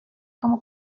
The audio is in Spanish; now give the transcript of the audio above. como